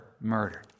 murdered